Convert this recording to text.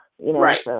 Right